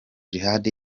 djihad